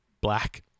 black